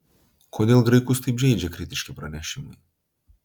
kodėl graikus taip žeidžia kritiški pranešimai